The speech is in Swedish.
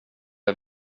jag